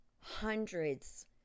Hundreds